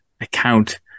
account